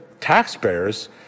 taxpayers